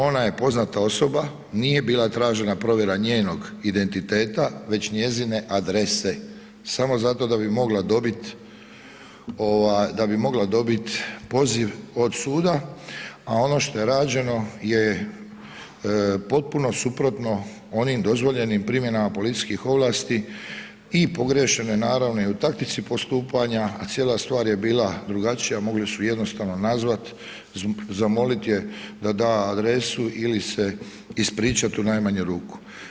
Ona je poznata osoba, nije bila tražena provjera njenog identiteta, već njezine adrese, samo zato da bi mogla dobit ovaj da bi mogla dobit poziv od suda, a ono što je rađeno je potpuno suprotno onim dozvoljenim primjenama policijskih ovlasti i pogriješeno je naravno i u taktici postupanja, a cijela stvar je bila drugačija mogli su jednostavno nazvat, zamolit je da da adresu ili se ispričat u najmanju ruku.